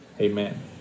amen